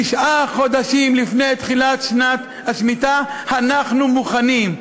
תשעה חודשים לפני תחילת שנת השמיטה אנחנו מוכנים.